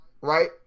right